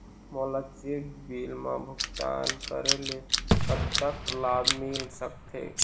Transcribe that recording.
मोला check bill मा भुगतान करेले कतक लाभ मिल सकथे?